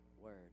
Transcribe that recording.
word